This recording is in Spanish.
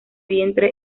vientre